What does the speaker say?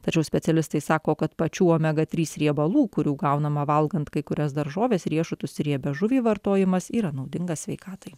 tačiau specialistai sako kad pačių omega trys riebalų kurių gaunama valgant kai kurias daržoves riešutus riebią žuvį vartojimas yra naudingas sveikatai